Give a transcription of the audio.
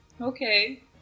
Okay